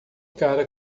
cara